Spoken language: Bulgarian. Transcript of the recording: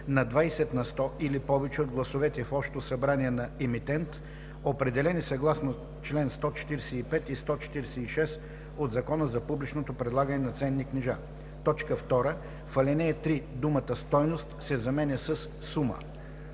на 20 на сто или повече от гласовете в общото събрание на емитент, определени съгласно чл. 145 и 146 от Закона за публичното предлагане на ценни книжа.” 2. В ал. 3 думата „стойност“ се заменя със „сума“.“